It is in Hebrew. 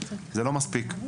זה לא מספיק,